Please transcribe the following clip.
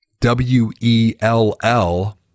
W-E-L-L